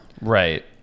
right